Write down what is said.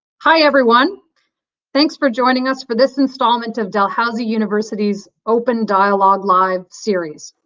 hi everyone thanks for joining us for this installment of dalhousie university's open dialogue live series.